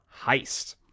heist